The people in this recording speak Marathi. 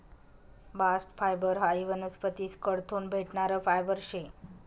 बास्ट फायबर हायी वनस्पतीस कडथून भेटणारं फायबर शे